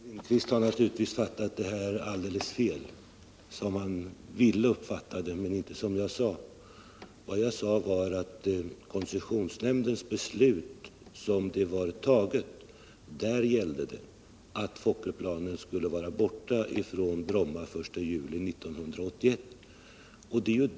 Herr talman! Oskar Lindkvist har naturligtvis uppfattat det här alldeles fel — som han ville uppfatta det, inte som jag sade. Vad jag sade var att koncessionsnämndens beslut innebar att Fokkerplanen skulle vara borta från Bromma den 1 juli 1981.